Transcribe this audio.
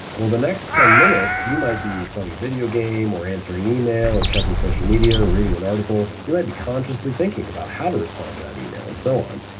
the next ten minutes, you might be playing a videogame or answering email or checking social media or reading an article. you might be consciously thinking about how to respond to that email and so on,